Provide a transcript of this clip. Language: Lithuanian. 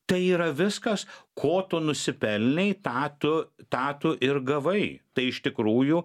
tai yra viskas ko tu nusipelnei tą tu tą tu ir gavai tai iš tikrųjų